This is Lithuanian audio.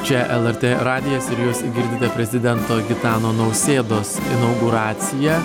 čia lrt radijas ir jūs girdite prezidento gitano nausėdos inauguraciją